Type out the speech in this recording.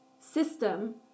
system